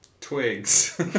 Twigs